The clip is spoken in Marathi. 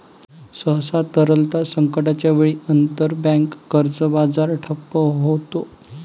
सहसा, तरलता संकटाच्या वेळी, आंतरबँक कर्ज बाजार ठप्प होतो